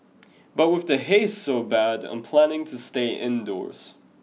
but with the haze so bad I'm planning to stay indoors